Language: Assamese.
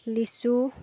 লিচু